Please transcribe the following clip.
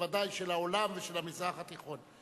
וודאי של העולם ושל המזרח התיכון.